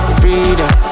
freedom